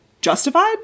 justified